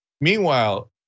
Meanwhile